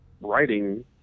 writing